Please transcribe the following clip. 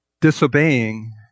disobeying